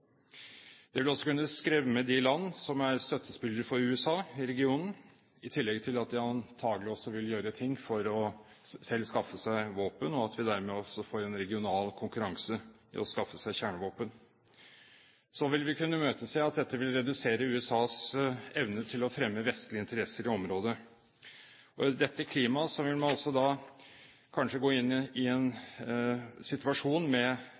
Det vil også kunne skremme de land som er støttespillere for USA i regionen, i tillegg til at de antakelig også vil gjøre ting for selv å skaffe seg våpen, og at vi dermed får en regional konkurranse i å skaffe seg kjernevåpen. Så vil vi kunne imøtese at dette vil kunne redusere USAs evne til å fremme vestlige interesser i området. I dette klimaet vil man da kanskje gå inn i en situasjon med